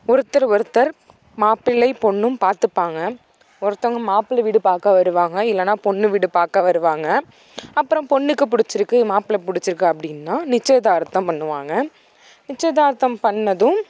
ஒருத்தரை ஒருத்தர் மாப்பிள்ளை பொண்ணும் பார்த்துப்பாங்க ஒருத்தவங்க மாப்பிள்ள வீடு பார்க்க வருவாங்க இல்லைனா பொண்ணு வீடு பார்க்க வருவாங்க அப்புறம் பொண்ணுக்குப் பிடிச்சிருக்கு மாப்பிள்ள பிடிச்சிருக்கு அப்படின்னா நிச்சயதார்த்தம் பண்ணுவாங்க நிச்சயதார்த்தம் பண்ணதும்